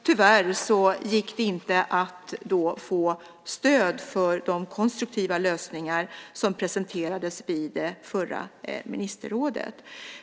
Tyvärr gick det inte att få stöd för de konstruktiva lösningar som presenterades vid det förra ministerrådsmötet.